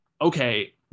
okay